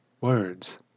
Words